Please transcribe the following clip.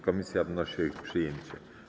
Komisja wnosi o ich przyjęcie.